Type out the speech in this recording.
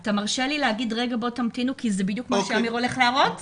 זה בדיוק מה שאמיר הולך להראות במצגת.